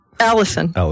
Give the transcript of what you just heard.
Allison